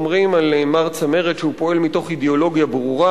אומרים על מר צמרת שהוא "פועל מתוך אידיאולוגיה ברורה,